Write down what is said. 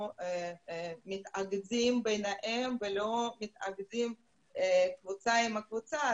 הם מתאגדים ביניהם ולא מתאגדים קבוצה עם קבוצה.